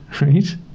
right